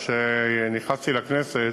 כשנכנסתי לכנסת,